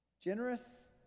generous